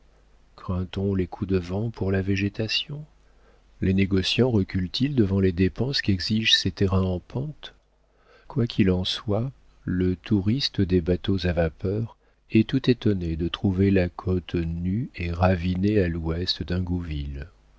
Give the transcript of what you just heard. craint on les coups de vent pour la végétation les négociants reculent ils devant les dépenses qu'exigent ces terrains en pente quoi qu'il en soit le touriste des bateaux à vapeur est tout étonné de trouver la côte nue et ravinée à l'ouest